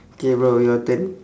okay bro your turn